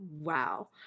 wow